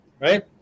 right